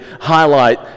highlight